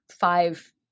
five